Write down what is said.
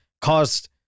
caused